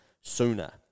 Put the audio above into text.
sooner